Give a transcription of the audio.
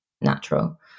natural